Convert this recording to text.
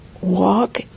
walk